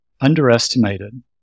underestimated